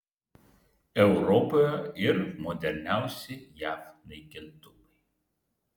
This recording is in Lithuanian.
europoje ir moderniausi jav naikintuvai